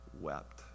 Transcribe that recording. wept